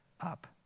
up